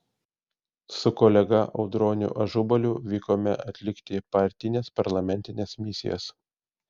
su kolega audroniu ažubaliu vykome atlikti partinės parlamentinės misijos